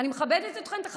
אני מכבדת אתכן, תכבדו.